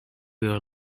your